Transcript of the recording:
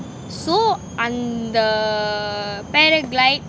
so அந்த பெறல்கயிட் கீள வரல:antha peralgayid keela varala